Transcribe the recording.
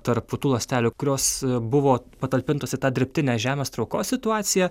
tarp tų ląstelių kurios buvo patalpintos į tą dirbtinę žemės traukos situaciją